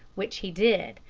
which he did.